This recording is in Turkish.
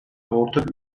ortak